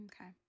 Okay